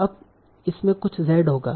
अब इसमें कुछ z होगा